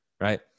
right